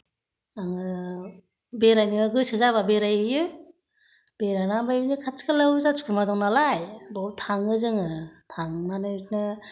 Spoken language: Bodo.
आङो बेरायनो गोसो जाबा बेराय हैयो बेरायना बिदिनो खाथि खालायाव जाथि खुरमा दं नालाय बाव थाङो जोङो थांनानै बिदिनो